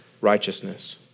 righteousness